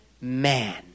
man